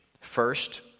First